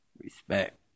Respect